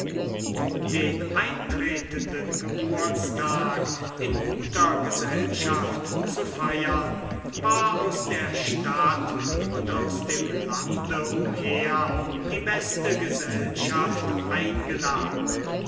den eintretenden geburtstag in guter gesellschaft zu feiern war aus der stadt und aus dem lande umher die beste gesellschaft eingeladen